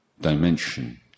dimension